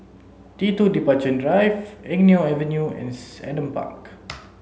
T two Departure Drive Eng Neo Avenue and Park